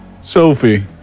Sophie